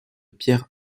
pierre